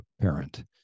parent